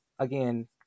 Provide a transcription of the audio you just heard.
again